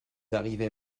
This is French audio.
arrivez